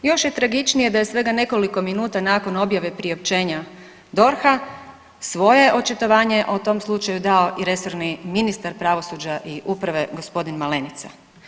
Još je tragičnije da je svega nekoliko minuta nakon objave priopćenja DORH-a svoje očitovanje o tom slučaju dao i resorni ministar pravosuđa i uprave gospodin Malenica.